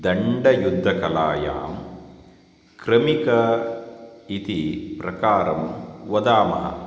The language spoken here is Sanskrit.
दण्डयुद्धकलायां क्रमिक इति प्रकारं वदामः